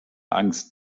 angst